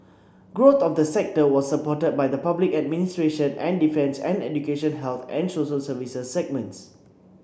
growth of the sector was supported by the public administration and defence and education health and social services segments